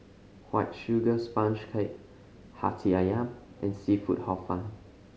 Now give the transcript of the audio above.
White Sugar Sponge Cake Hati Ayam and seafood Hor Fun